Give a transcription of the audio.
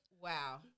Wow